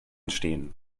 stehen